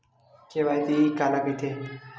KYC काला कइथे?